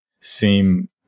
seem